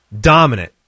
dominant